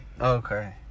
Okay